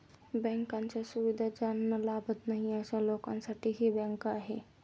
बँकांच्या सुविधा ज्यांना लाभत नाही अशा लोकांसाठी ही बँक आहे